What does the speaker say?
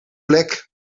plek